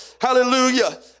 hallelujah